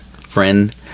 friend